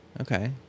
Okay